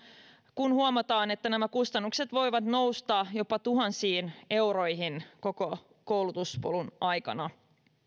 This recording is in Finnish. kun huomataan että nämä kustannukset voivat nousta jopa tuhansiin euroihin koko koulutuspolun aikana